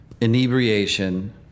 inebriation